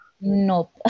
Nope